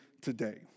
today